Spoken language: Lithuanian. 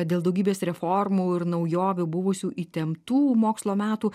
dėl daugybės reformų ir naujovių buvusių įtemptų mokslo metų